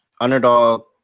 Underdog